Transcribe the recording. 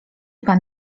pan